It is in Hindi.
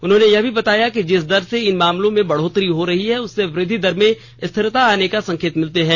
उन्होनें यह भी बताया कि जिस दर से इन मामलों में बंढोत्तरी हो रही है उससे वृद्धि दर में स्थिरता आने का संकेत मिलता है